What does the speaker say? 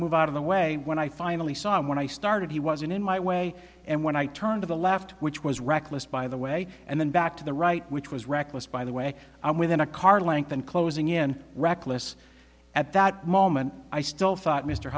move out of the way when i finally saw him when i started he wasn't in my way and when i turned to the left which was reckless by the way and then back to the right which was reckless by the way within a car length and closing in reckless at that moment i still thought mr